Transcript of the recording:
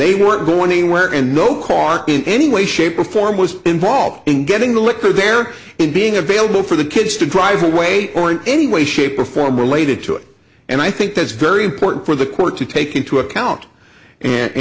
they weren't going anywhere and no car in any way shape or form was involved in getting the liquor there and being available for the kids to drive away or in any way shape or form related to it and i think that's very important for the court to take into account and